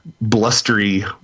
blustery